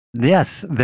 Yes